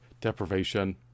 deprivation